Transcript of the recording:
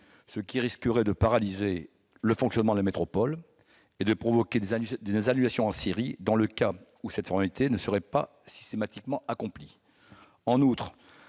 ce qui risquerait de paralyser son fonctionnement et de provoquer des annulations en série, dans le cas où cette formalité ne serait pas systématiquement accomplie.